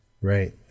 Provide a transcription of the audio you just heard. Right